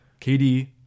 KD